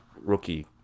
rookie